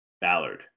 Ballard